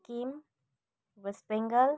Sikkim West Bengal